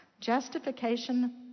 Justification